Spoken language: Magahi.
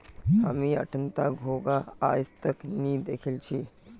हामी अट्टनता घोंघा आइज तक नी दखिल छि